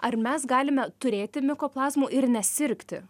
ar mes galime turėti mikoplazmų ir nesirgti